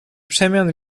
przemian